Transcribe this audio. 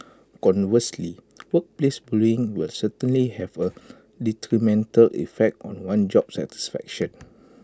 conversely workplace bullying will certainly have A detrimental effect on one's job satisfaction